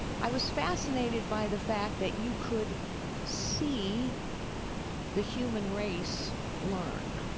i was fascinated by the fact that you could see the human race learn.